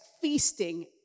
feasting